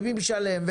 מי משלם,